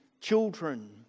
children